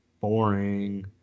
boring